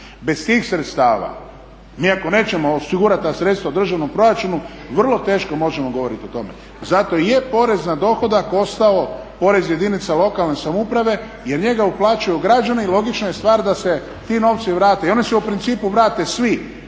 Bez tih sredstava, mi ako nećemo osigurati ta sredstva u državnom proračunu vrlo teško možemo govoriti o tome. Zato i je porez na dohodak ostao porez jedinica lokalne samouprave jer njega uplaćuju građani i logična je stvar da se ti novci vrate. I oni se u principu vrate svi